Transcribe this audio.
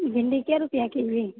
भिण्डी कए रुपैआ केजी